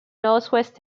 northwest